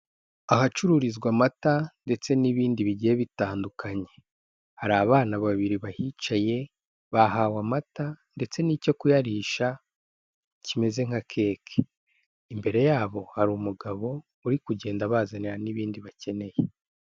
Ahacururizwa amata ndetse n'ibindi bigiye bitandukanye, hari abana babiri bahicaye bahawe amata ndetse n'icyo kuyarisha kimeze nka keke, imbere yabo hari umugabo uri kugenda abazanira n'ibindi bakeneye.